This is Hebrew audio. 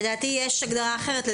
לדעתי יש הגדרה אחרת.